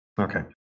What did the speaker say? Okay